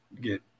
get